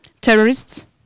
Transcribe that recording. terrorists